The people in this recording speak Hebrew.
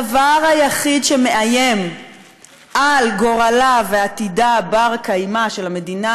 הדבר היחיד שמאיים על גורלה ועתידה הבר-קיימא של המדינה